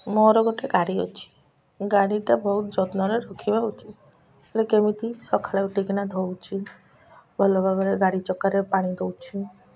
ମୋର ଗୋଟେ ଗାଡ଼ି ଅଛି ଗାଡ଼ିଟା ବହୁତ ଯତ୍ନରେ ରଖିବା ଉଚିତ୍ ହେଲେ କେମିତି ସଖାଳେ ଉଠିକିନା ଧୋଉଛି ଭଲ ଭାବରେ ଗାଡ଼ି ଚକରେ ପାଣି ଦଉଛି